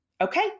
Okay